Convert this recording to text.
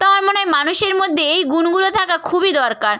তার মনে হয় মানুষের মধ্যে এই গুণগুলো থাকা খুবই দরকার